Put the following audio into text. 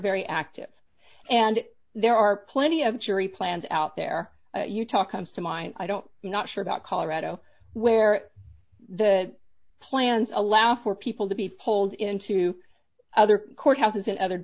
very active and there are plenty of jury plans out there utah comes to mind i don't not sure about colorado where the plans allow for people to be pulled into other courthouses and other